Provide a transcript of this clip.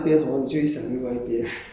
不懂 eh 有时候 hor